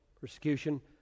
persecution